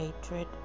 hatred